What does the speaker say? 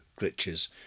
glitches